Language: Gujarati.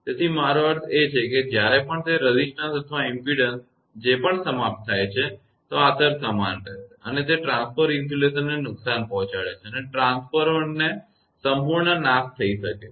તેથી મારો અર્થ એ છે કે જ્યારે પણ તે રેઝિસ્ટન્સ અથવા ઇમપેડન્સ જે પણ સમાપ્ત થાય છે તો અસર સમાન રહેશે અને તે ટ્રાન્સફોર્મર ઇન્સ્યુલેશનને નુકસાન પહોંચાડે છે અને ટ્રાન્સફોર્મરને સંપૂર્ણપણે નુકસાન થઈ શકે છે